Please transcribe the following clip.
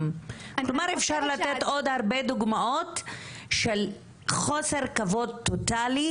אפשר לתת עוד הרבה דוגמאות של חוסר כבוד טוטאלי